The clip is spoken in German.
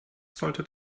sollte